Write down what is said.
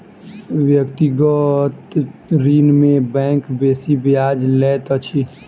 व्यक्तिगत ऋण में बैंक बेसी ब्याज लैत अछि